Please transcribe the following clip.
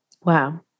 Wow